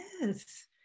Yes